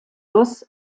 als